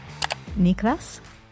Niklas